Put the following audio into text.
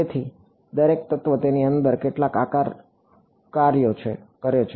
તેથી દરેક તત્વ તેની અંદર કેટલાક આકાર કાર્યો કરે છે